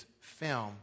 film